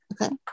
Okay